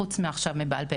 חוץ מעכשיו מבעל פה,